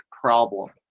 problem